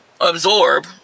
absorb